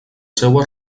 seues